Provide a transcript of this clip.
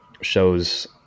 shows